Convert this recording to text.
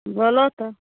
बोलऽ तऽ